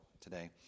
today